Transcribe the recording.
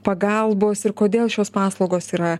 pagalbos ir kodėl šios paslaugos yra